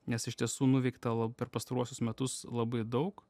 nes iš tiesų nuveikta la per pastaruosius metus labai daug